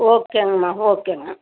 ஓகேங்கம்மா ஓகேங்க